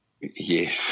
Yes